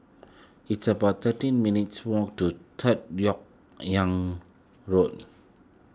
it's about thirteen minutes' walk to Third Lok Yang Road